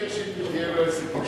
מאיר שטרית, יהיה לו עסק אתי.